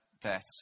debt